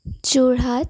Jorhat